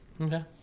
Okay